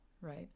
right